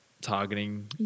targeting